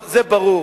זה ברור,